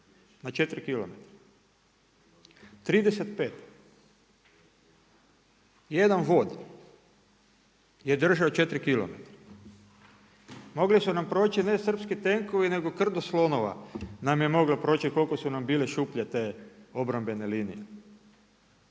na 4 km? 35. Jedan vod je držao 4km. Mogli su nam proći ne srpski tenkovi nego krdo slonova nam je moglo proći koliko su nam bile šuplje te obrambene linije.